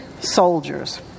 soldiers